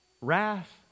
wrath